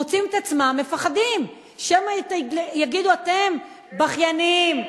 מוצאים את עצמם מפחדים שמא יגידו: אתם בכייניים,